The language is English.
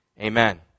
Amen